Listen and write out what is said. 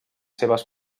seves